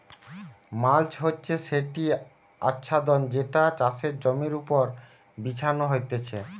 mulch হচ্ছে সেটি আচ্ছাদন যেটা চাষের জমির ওপর বিছানো হতিছে